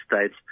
States